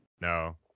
No